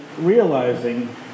realizing